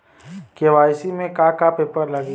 KYC में का का पेपर लगी?